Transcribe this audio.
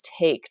take